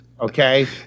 okay